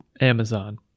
Amazon